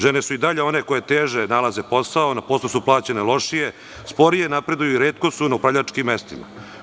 Žene su i dalje one koje teže nalaze posao, na poslu su plaćene lošije, sporije napreduju i retko su na upravljačkim mestima.